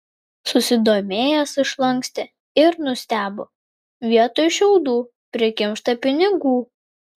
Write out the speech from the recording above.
susidomėjęs išlankstė ir nustebo vietoj šiaudų prikimšta pinigų